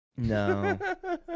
No